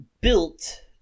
built